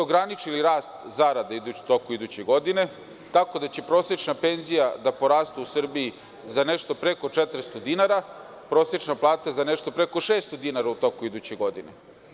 Ograničili ste rast zarada u toku iduće godine, tako da će prosečna penzija da poraste u Srbiji za nešto preko 400 dinara, prosečna plata za nešto preko 600 dinara u toku iduće godine.